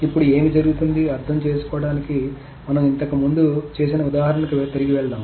ఇప్పుడు ఏమి జరుగుతుందో అర్థం చేసుకోవడానికి మనం ఇంతకు ముందు చేసిన ఉదాహరణకి తిరిగి వెళ్దాం